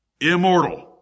immortal